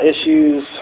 issues